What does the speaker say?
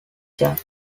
chap